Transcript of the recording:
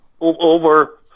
Over